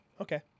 okay